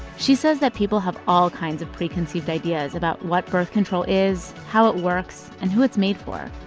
she says that people have all kinds of preconceived ideas about what birth control is, how it works and who it's made for.